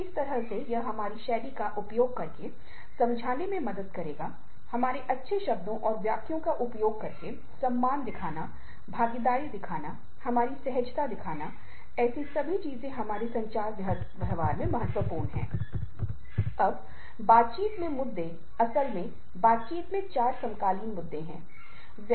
और अगर महिला कर्मचारी नौकरियों संभावित नौकरियों और उच्च प्रोफ़ाइल नौकरियों में प्रवेश कर रही हैं तो उन्हें गैर कार्य गतिविधियों या परिवार की गतिविधियों के लिए कम समय के साथ छोड़ दिया जाता है